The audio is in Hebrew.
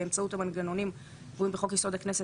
באמצעות המנגנונים הקבועים בחוק יסוד: הכנסת,